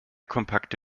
kompakte